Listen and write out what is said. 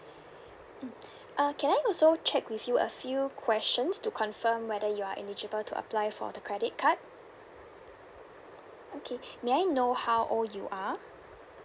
mm uh can I also check with you a few questions to confirm whether you are eligible to apply for the credit card okay may I know how old you are